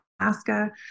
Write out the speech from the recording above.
Alaska